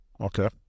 okay